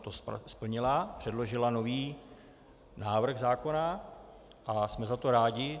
To splnila, předložila nový návrh zákona a jsme za to rádi.